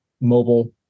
mobile